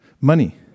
money